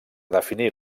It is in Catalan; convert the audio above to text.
definir